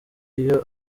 iyo